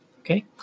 okay